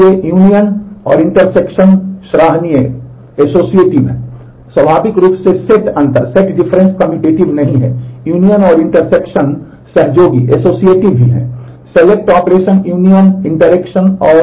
इसलिए यह एक और संभावित परिवर्तन है कि अब अंत में सेट थेरैटिक ऑपरेशन भी हैं